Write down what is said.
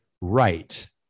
right